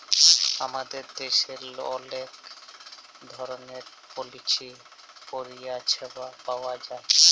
আমাদের দ্যাশের অলেক রকমের পলিচি পরিছেবা পাউয়া যায়